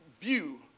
view